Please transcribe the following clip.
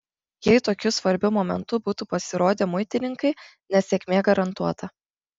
jei tokiu svarbiu momentu būtų pasirodę muitininkai nesėkmė garantuota